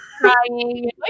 crying